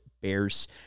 Bears